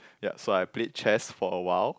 ya so I played chess for awhile